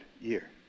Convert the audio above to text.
year